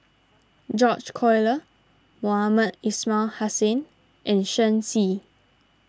George Collyer Mohamed Ismail Hussain and Shen Xi